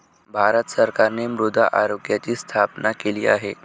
भारत सरकारने मृदा आरोग्याची स्थापना केली आहे